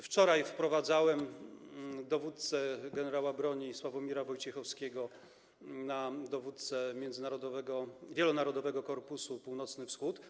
Wczoraj wprowadzałem dowódcę, generała broni Sławomira Wojciechowskiego na dowódcę międzynarodowego, Wielonarodowego Korpusu Północno-Wschodniego.